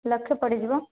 ଲକ୍ଷେ ପଡ଼ିଯିବ